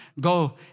Go